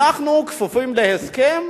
אנחנו כפופים להסכם